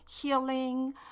healing